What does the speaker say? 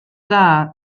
dda